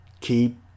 keep